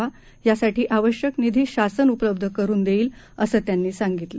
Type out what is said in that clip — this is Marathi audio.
श यासाठी आवश्यक निधी शासन उपलब्ध करुन देईल असं त्यांनी सांगितलं